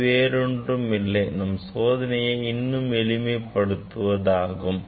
இது வேறொன்றுமில்லை நம் சோதனையை இன்னும் எளிமை படுத்துவதாகும்